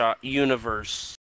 universe